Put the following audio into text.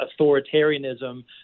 authoritarianism